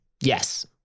Yes